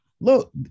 look